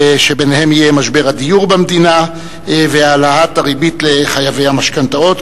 שביניהם יהיו משבר הדיור במדינה והעלאת הריבית לחייבי המשכנתאות,